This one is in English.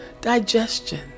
digestion